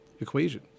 equation